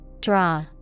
Draw